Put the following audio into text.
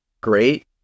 great